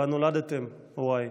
שבה נולדתם, הוריי.